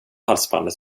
halsbandet